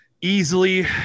easily